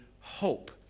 hope